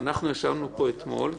אנחנו ישבנו פה אתמול,